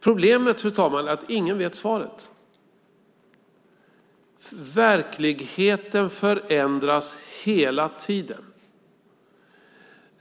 Problemet, fru talman, är att ingen vet svaret. Verkligheten förändras hela tiden.